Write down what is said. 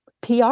PR